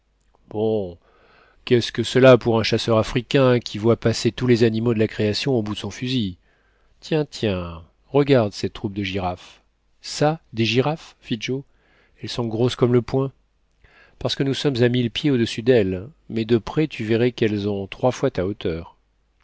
qu'est-ce que cela pour un chasseur africain qui voit passer tous les animaux de la création au bout de son fusil tiens tiens regarde cette troupe de girafes ça des girafes fit joe elles sont grosses comme le poing parce que nous sommes à mille pieds au-dessus d'elles mais de près tu verrais qu'elles ont trois fois ta hauteur